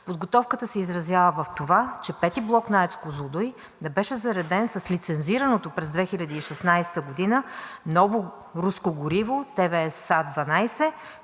Подготовката се изразява в това, че V блок на АЕЦ „Козлодуй“ не беше зареден с лицензираното през 2016 г. ново руско гориво ТВСА-12.